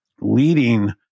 Leading